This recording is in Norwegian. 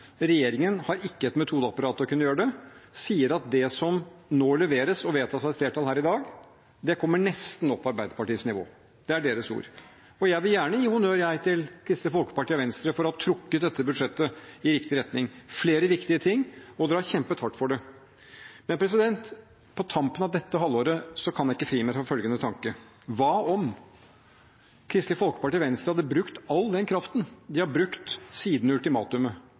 regjeringen har ikke et metodeapparat til å kunne gjøre det – sier at det som nå leveres og vedtas av et flertall her i dag, nesten kommer opp på Arbeiderpartiets nivå. Det er deres ord. Jeg vil gjerne gi honnør til Kristelig Folkeparti og Venstre for å ha trukket dette budsjettet i riktig retning når det gjelder flere viktige ting, og de har kjempet hardt for det. På tampen av dette halvåret kan jeg ikke fri meg fra følgende tanke: Hva om Kristelig Folkeparti og Venstre hadde brukt all den kraften de har brukt siden ultimatumet